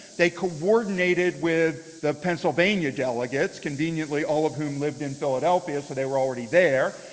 they coordinated with the pennsylvania delegates, conveniently all of whom lived in philadelphia, so they were already there.